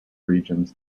regions